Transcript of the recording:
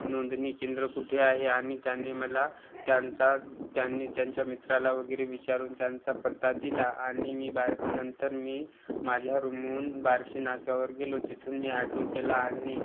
नोंदणी केंद्र कुठे आहे आणि त्यांनी मला त्यांचा त्यांनी त्यांच्या मित्राला वगैरे विचारून त्यांचा पत्ता दिला आणि मी बार् नंतर मी माझ्या रुमहून बार्शी नाक्यावर गेलो तिथून मी आटो केला आणि